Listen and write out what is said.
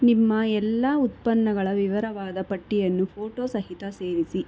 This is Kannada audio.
ನಿಮ್ಮ ಎಲ್ಲ ಉತ್ಪನ್ನಗಳ ವಿವರವಾದ ಪಟ್ಟಿಯನ್ನು ಫೋಟೊ ಸಹಿತ ಸೇರಿಸಿ